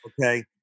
okay